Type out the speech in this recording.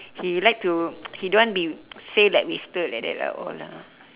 he like to he don't want be say like wasted like that lah all lah